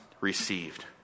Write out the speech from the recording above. received